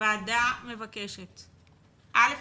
הוועדה מבקשת א.